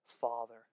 father